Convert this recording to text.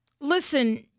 listen